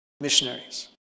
missionaries